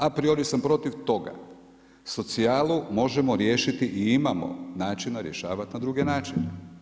A priori sam protiv toga, socijalu možemo riješiti i imamo načina rješavat na druge načine.